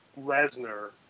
Lesnar